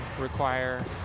require